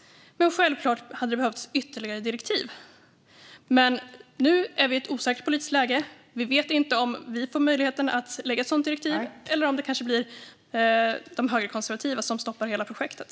Men självklart hade det behövts ytterligare direktiv. Nu är vi i ett osäkert politiskt läge. Vi vet inte om vi får möjligheten att lägga fram ett sådant direktiv eller om det kanske blir de högerkonservativa som stoppar hela projektet.